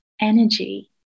energy